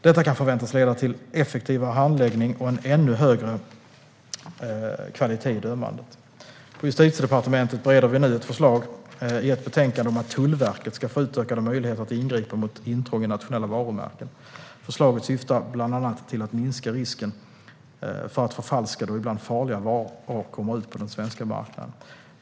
Detta kan förväntas leda till effektivare handläggning och en ännu högre kvalitet i dömandet. På Justitiedepartementet bereder vi nu ett förslag i ett betänkande om att Tullverket ska få utökade möjligheter att ingripa mot intrång i nationella varumärken. Förslaget syftar bland annat till att minska risken för att förfalskade och ibland farliga varor kommer ut på den svenska marknaden.